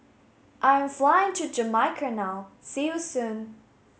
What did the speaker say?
I am flying to Jamaica now see you soon